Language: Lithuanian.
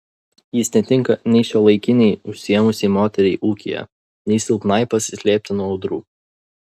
jis netinka nei šiuolaikinei užsiėmusiai moteriai ūkyje nei silpnai pasislėpti nuo audrų